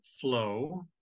flow